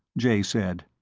jay said.